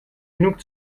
genug